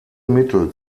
mittel